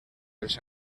pels